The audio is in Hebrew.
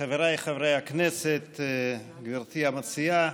חבריי חברי הכנסת, גברתי המציעה,